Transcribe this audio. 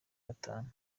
gatanu